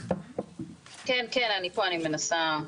איפה אתם מעורבים,